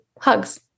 hugs